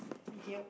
thank you